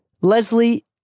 Leslie